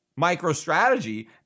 MicroStrategy